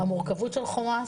המורכבות של חומ"ס,